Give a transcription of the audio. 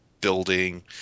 building